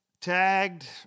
tagged